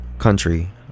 country